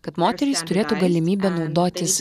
kad moterys turėtų galimybę naudotis